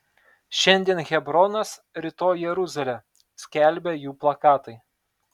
šiandien hebronas rytoj jeruzalė skelbė jų plakatai